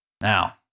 Now